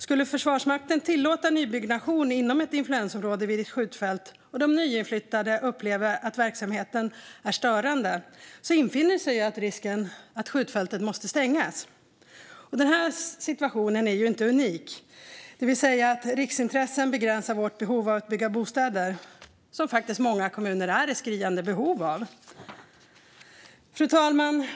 Skulle Försvarsmakten tillåta nybyggnation inom ett influensområde vid ett skjutfält och de nyinflyttade upplever att verksamheten är störande infinner sig risken att skjutfältet måste stängas. Den här situationen är inte unik, det vill säga att riksintressen begränsar vårt behov av att bygga bostäder, vilket många kommuner är i skriande behov av. Fru talman!